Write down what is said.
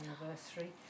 anniversary